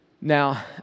Now